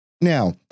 Now